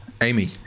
Amy